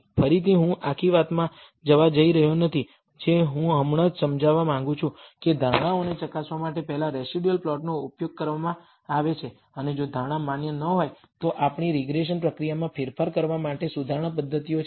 ફરીથી હું આખી વાતમાં જવા જઇ રહ્યો નથી જે હું હમણાં જ સમજાવવા માંગું છું કે ધારણાઓને ચકાસવા માટે પહેલા રેસિડયુઅલ પ્લોટનો ઉપયોગ કરવામાં આવે છે અને જો ધારણા માન્ય ન હોય તો આપણી રીગ્રેસન પ્રક્રિયામાં ફેરફાર કરવા માટે સુધારણા પદ્ધતિઓ છે